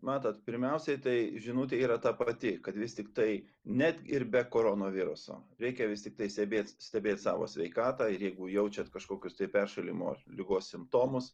matot pirmiausiai tai žinutė yra ta pati kad vis tiktai net ir be koronaviruso reikia vis tiktai stebėt stebėt savo sveikatą ir jeigu jaučiat kažkokius tai peršalimo ligos simptomus